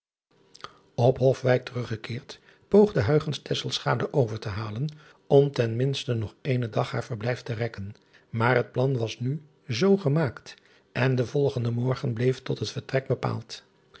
p ofwijk teruggekeerd poogde over te halen om ten minste nog eenen dag haar verblijf te rekken maar het plan was nu zoo gemaakt en de volgende morgen bleef tot het vertrek bepaald